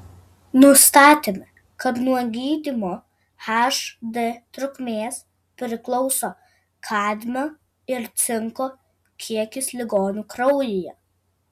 nustatėme kad nuo gydymo hd trukmės priklauso kadmio ir cinko kiekis ligonių kraujyje